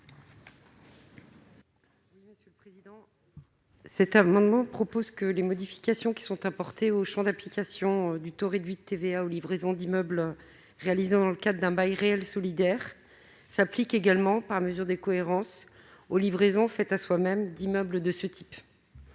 rectifié . Nous proposons que les modifications apportées au champ d'application du taux réduit de la TVA aux livraisons d'immeubles réalisées dans le cadre d'un bail réel solidaire (BRS) s'appliquent également, par mesure de cohérence, aux livraisons à soi-même (LASM) d'immeubles de ce type.